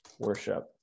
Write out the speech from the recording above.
Worship